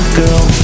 girl